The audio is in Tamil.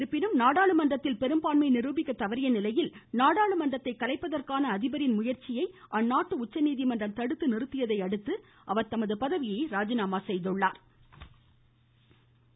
இருப்பினும் நாடாளுமன்றத்தில் பெரும்பான்மையை நிருபிக்கத் தவறிய நிலையில் நாடாளுமன்றத்தை கலைப்பதற்கான அதிபரின் முயற்சியை அந்நாட்டு உச்சநீதிமன்றம் தடுத்து நிறுத்தியதையடுத்து அவர் தமது பதவியை ராஜினமா செய்துள்ளா்